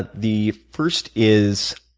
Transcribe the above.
ah the first is